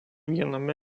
viename